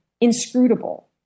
inscrutable